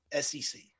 SEC